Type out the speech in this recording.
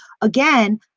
again